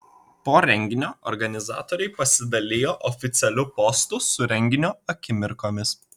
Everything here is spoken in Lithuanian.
po renginio organizatoriai pasidalijo oficialiu postu su renginio akimirkomis